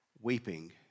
weeping